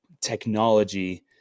technology